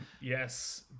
yes